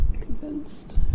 Convinced